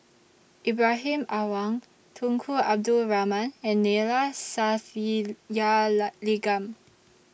Ibrahim Awang Tunku Abdul Rahman and Neila